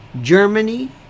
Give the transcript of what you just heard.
Germany